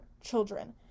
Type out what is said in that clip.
children